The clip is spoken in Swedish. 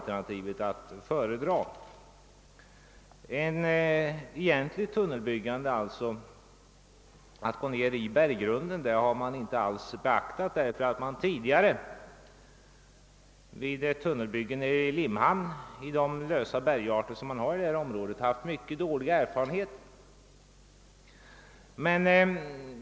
Däremot har man inte alls beaktat det egentliga tunnelbyggande som innebär att gå in i berggrunden. Detta beror på att ett tidigare tunnelbygge nere i Limhamn, med de lösa bergarter som finns inom detta område, givit mycket dåliga erfarenheter.